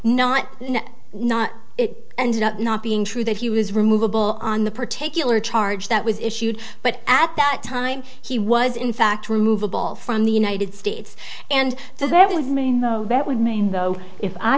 not not it ended up not being true that he was removable on the particular charge that was issued but at that time he was in fact removable from the united states and so there was main though that would mean though if i